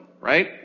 right